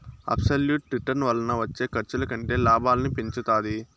absolute return వలన వచ్చే ఖర్చుల కంటే లాభాలను పెంచుతాది